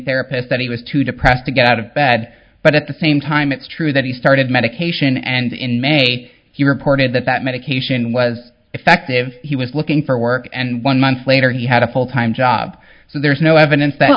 therapist that he was too depressed to get out of bed but at the same time it's true that he started medication and in may he reported that that medication was effective he was looking for work and one months later he had a full time job so there's no evidence that